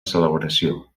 celebració